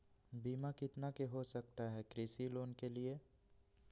बीमा कितना के हो सकता है कृषि लोन के लिए?